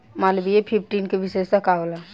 Malviya fifteen के विशेषता का होला?